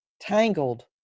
tangled